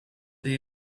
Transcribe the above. they